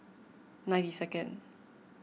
ninety second